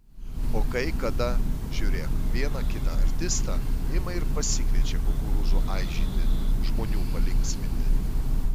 o kai kada žiūrėk vieną kitą artistą ima ir pasikviečia kukurūzų aižyti žmonių palinksminti